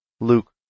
Luke